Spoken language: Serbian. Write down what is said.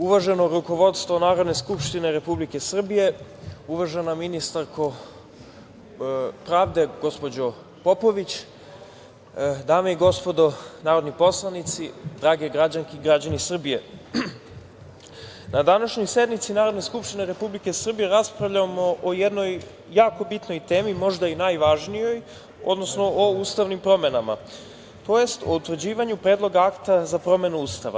Uvaženo rukovodstvo Narodne skupštine Republike Srbije, uvažena ministarko pravde, gospođo Popović, dame i gospodo narodni poslanici, drage građanke i građani Srbije, na današnjoj sednici Narodne skupštine Republike Srbije raspravljamo o jedno jako bitno temi, možda i najvažnijoj, odnosno o ustavnim promenama tj. o utvrđivanju predloga Akta za promenu Ustava.